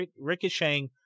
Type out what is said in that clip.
ricocheting